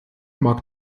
mag